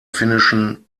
finnischen